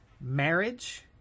marriage